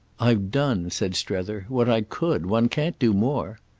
i've done, said strether, what i could one can't do more.